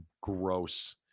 Gross